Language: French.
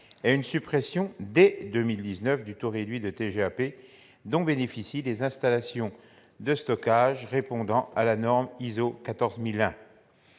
et une suppression, dès 2019, du taux réduit de TGAP dont bénéficient les installations de stockage répondant à la norme ISO 14001,